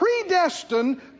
predestined